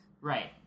right